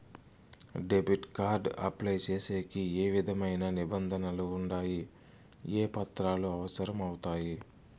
Debit card apply సేసేకి ఏ విధమైన నిబంధనలు ఉండాయి? ఏ పత్రాలు అవసరం అవుతాయి?